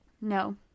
No